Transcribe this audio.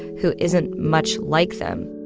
who isn't much like them